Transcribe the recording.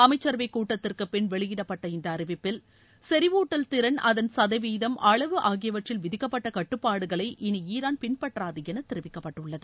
அமைச்சரவை கூட்டத்திற்கு பின் வெளியிடப்பட்ட இந்த அறிவிப்பில் செறிவூட்டல் திறன் அகுள் சதவீதம் அளவு ஆகியவற்றில் விதிக்கப்பட்ட கட்டுப்பாடுகளை இனி ஈரான் பின்பற்றாது என தெரிவிக்கப்பட்டுள்ளது